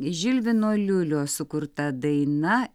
žilvino liulio sukurta daina